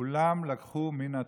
כולם לקחו מן התורה,